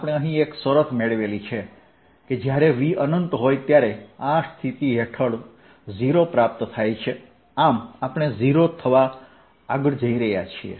આપણે અહીં એક શરત મેળવેલી છે કે જ્યારે V અનંત હોય ત્યારે આ સ્થિતિ હેઠળ 0 પ્રાપ્ત થાય છે આમ આપણે 0 થવા જઈ રહ્યા છીએ